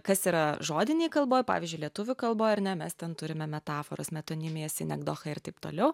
kas yra žodinėj kalboj pavyzdžiui lietuvių kalboj ar ne mes ten turime metaforas metonimijas sinekdochą ir taip toliau